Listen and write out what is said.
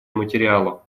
материалов